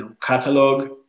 catalog